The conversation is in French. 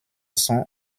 son